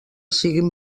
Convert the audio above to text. siguin